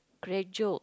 create joke